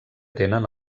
tenen